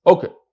Okay